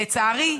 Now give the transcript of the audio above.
לצערי,